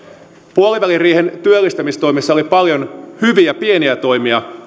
puoliväliriihen työllistämistoimissa oli paljon hyviä pieniä toimia